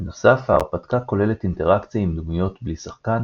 בנוסף הרפתקה כוללת אינטראקציה עם דמויות בלי שחקן,